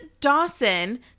Dawson